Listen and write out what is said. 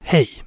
Hej